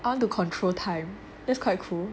I want to control time that is quite cool